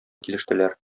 килештеләр